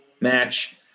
match